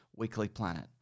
weeklyplanet